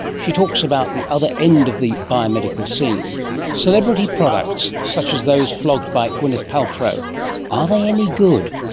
she talks about the other end of the biomedical scene celebrity products such as those flogged by gwyneth paltrow are they any good?